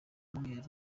umweru